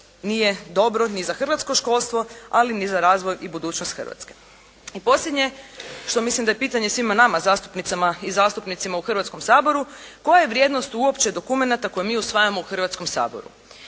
nije dobro ni za hrvatsko školstvo, ali ni za razvoj i budućnost Hrvatske. I posljednje, što mislim da je pitanje svima nama zastupnicama i zastupnicima u Hrvatskom saboru, koja je vrijednost uopće dokumenata koje mi usvajamo u Hrvatskom saboru?